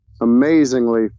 amazingly